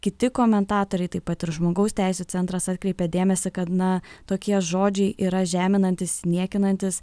kiti komentatoriai taip pat ir žmogaus teisių centras atkreipia dėmesį kad na tokie žodžiai yra žeminantys niekinantys